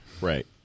right